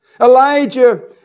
Elijah